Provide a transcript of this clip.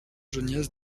geniez